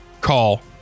Call